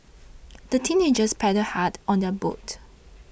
the teenagers paddled hard on their boat